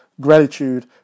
gratitude